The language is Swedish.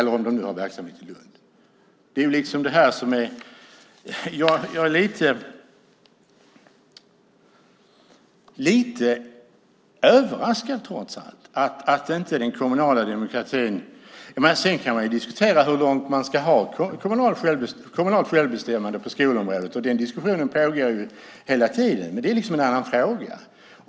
Jag är trots allt lite överraskad. Sedan kan man diskutera hur långt man ska ha kommunalt självbestämmande på skolområdet. Den diskussionen pågår ju hela tiden, men det är en annan fråga.